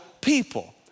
people